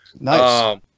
Nice